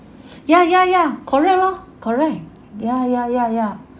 ya ya ya correct loh correct ya ya ya ya